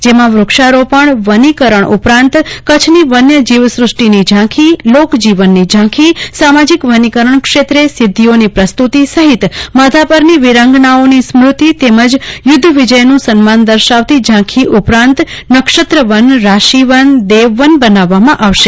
જેમાં વૃક્ષારોપણ વનીકરણ ઉપરાંત કચ્છની વન્ય જીવ સૃષ્ટિની ઝાંખી લોકજીવનની ઝાંખી સામાજિક વનીકરણ ક્ષેત્રે સિદ્ધિઓની પ્રસ્તુતિ સહીત માધાપરની વીરાંગનાઓની સ્મૃતિ તેમજ યુદ્ધ વિજયનું સન્માન દર્શાવતા ઝાંખી ઉપરાંત નક્ષત્રવન રાશીવન દેવવન બનાવવામાં આવશે